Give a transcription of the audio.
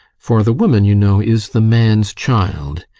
for the woman, you know, is the man's child,